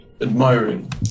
admiring